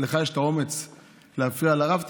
לך יש את האומץ להפריע לרב?